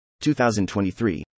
2023